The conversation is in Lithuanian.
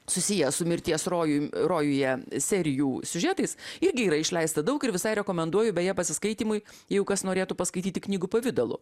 susiję su mirties rojuje rojuje serijų siužetais irgi yra išleista daug ir visai rekomenduoju beje pasiskaitymui jeigu kas norėtų paskaityti knygų pavidalu